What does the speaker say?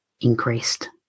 increased